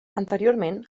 anteriorment